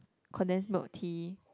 condensed milk tea